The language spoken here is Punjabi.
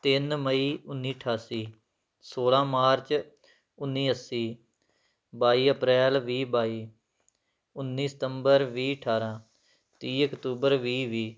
ਤਿੰਨ ਮਈ ਉੱਨੀ ਅਠਾਸੀ ਸੋਲਾਂ ਮਾਰਚ ਉੱਨੀ ਅੱਸੀ ਬਾਈ ਅਪ੍ਰੈਲ ਵੀਹ ਬਾਈ ਉੱਨੀ ਸਤੰਬਰ ਵੀਹ ਅਠਾਰਾਂ ਤੀਹ ਅਕਤੂਬਰ ਵੀਹ ਵੀਹ